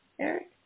Eric